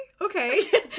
okay